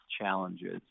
challenges